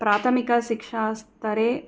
प्राथमिकशिक्षास्तरे